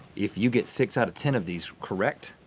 if you get six out of ten of these correct,